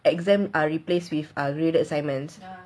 exam are replaced with err graded assignments